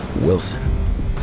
Wilson